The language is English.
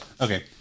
Okay